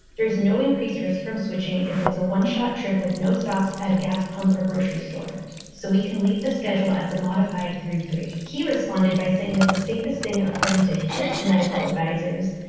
there is no increased risk from switching. if it's a one shot trip with no stops at a gas pump or grocery store so we can leave the schedule at the modified three three. he responded by saying that the safest thing, according to his medical advisers,